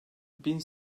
bin